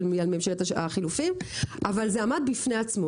ממשלת החילופין אבל זה עמד בפני עצמו.